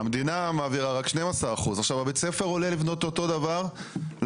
אז תנהל אותו נכון ותעשה את מה